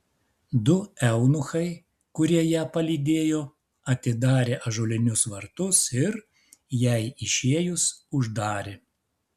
du eunuchai kurie ją palydėjo atidarė ąžuolinius vartus ir jai išėjus uždarė